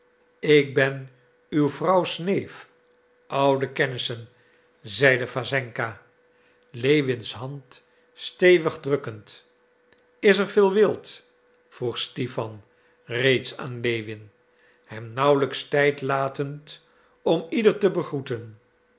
ik ben uw vrouws neef oude kennissen zei wassenka lewins hand stevig drukkend is er veel wild vroeg stipan reeds aan lewin hem nauwelijks tijd latend om ieder te begroeten